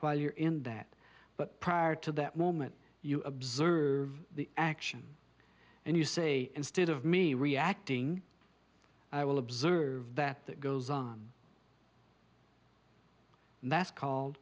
while you're in that but prior to that moment you observe the action and you say instead of me reacting i will observe that that goes on and that's called